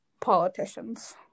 politicians